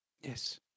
Yes